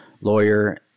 lawyer